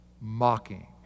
mocking